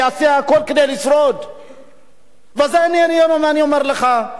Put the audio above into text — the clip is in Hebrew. אני אומר לך, צריך למצוא פתרון אנושי.